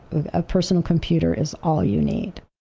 a personal computer is all you need.